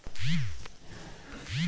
ಬ್ಯಾಂಕ್ದಾಗ ಕೆ.ವೈ.ಸಿ ಹಂಗ್ ಅಂದ್ರೆ ಏನ್ರೀ?